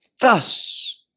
thus